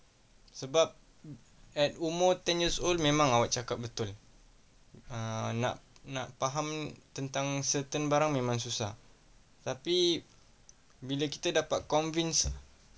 sebab at umur ten years old memang awak cakap betul uh nak nak faham tentang certain barang memang susah tapi bila kita dapat convince ah